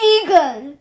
Eagle